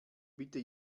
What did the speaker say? bitte